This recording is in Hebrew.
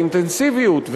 האינטנסיביות,